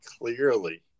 clearly